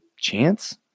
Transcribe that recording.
chance